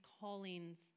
callings